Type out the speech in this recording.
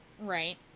right